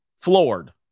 Floored